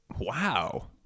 Wow